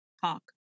talk